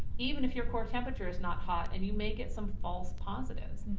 even if your core temperature is not hot and you may get some false positives.